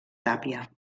tàpia